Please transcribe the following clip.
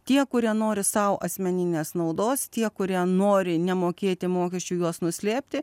tie kurie nori sau asmeninės naudos tie kurie nori nemokėti mokesčių juos nuslėpti